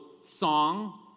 song